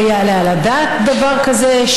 לא יעלה על הדעת דבר כזה,